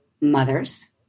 mothers